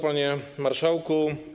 Panie Marszałku!